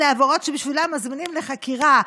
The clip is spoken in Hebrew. אלה עבירות שבשבילן מזמינים לחקירה,